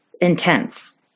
intense